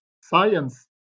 science